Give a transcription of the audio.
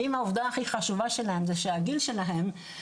אם העובדה הכי חשובה שלהם זה הגיל שלהם,